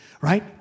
right